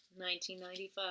1995